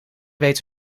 weet